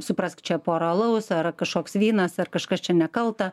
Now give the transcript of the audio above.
suprask čia porą alaus ar kažkoks vynas ar kažkas čia nekalta